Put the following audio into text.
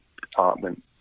department